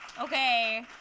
Okay